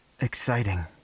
exciting